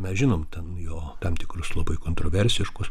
mes žinom ten jo tam tikrus labai kontroversiškus